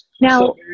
Now